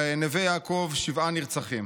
בנווה יעקב, שבעה נרצחים,